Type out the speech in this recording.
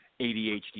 ADHD